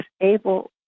able